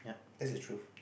that's the truth